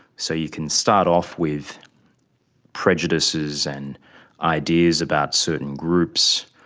so you can start off with prejudices and ideas about certain groups,